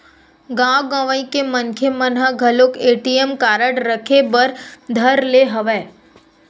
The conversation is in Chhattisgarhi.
गाँव गंवई के मनखे मन ह घलोक ए.टी.एम कारड रखे बर धर ले हवय